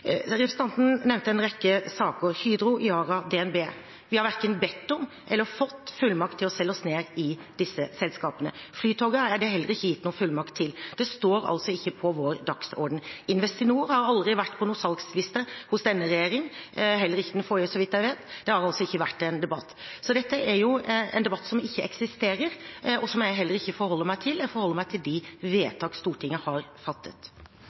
Representanten nevnte en rekke saker – bl.a. Hydro, Yara, DNB. Vi har verken bedt om eller fått fullmakt til å selge oss ned i disse selskapene. For Flytoget er det heller ikke gitt noen fullmakt. Det står altså ikke på vår dagsorden. Investinor har aldri vært på noen salgsliste hos denne regjering, heller ikke hos den forrige, så vidt jeg vet. Det har altså ikke vært en debatt. Så dette er en debatt som ikke eksisterer, og som jeg heller ikke forholder meg til. Jeg forholder meg til de vedtak Stortinget har fattet.